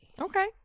Okay